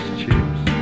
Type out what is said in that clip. chips